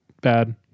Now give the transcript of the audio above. Bad